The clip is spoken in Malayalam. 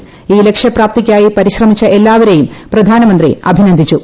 ് ഈ ലക്ഷ്യപ്രാപ്തിയ്ക്കായി പരിശ്രമിച്ച എല്ലാവരെയും പ്രധാനമൂന്തി അഭിനന്ദിച്ചു